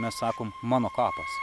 mes sakom mano kapas